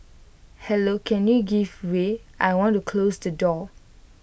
hello can you give way I want to close the door